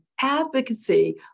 advocacy